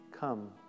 come